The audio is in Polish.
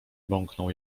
bąknął